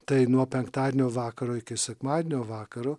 tai nuo penktadienio vakaro iki sekmadienio vakaro